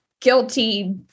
guilty